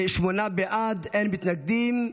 שמונה בעד, אין מתנגדים.